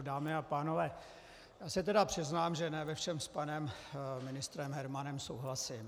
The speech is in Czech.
Dámy a pánové, já se tedy přiznám, že ne ve všem s panem ministrem Hermanem souhlasím.